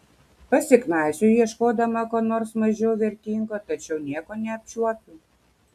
pasiknaisioju ieškodama ko nors mažiau vertingo tačiau nieko neapčiuopiu